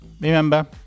Remember